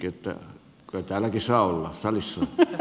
kyllä täälläkin saa olla salissa